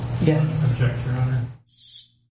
Yes